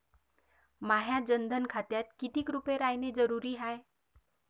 माह्या जनधन खात्यात कितीक रूपे रायने जरुरी हाय?